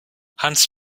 hans